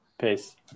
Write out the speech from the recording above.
Peace